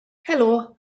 helo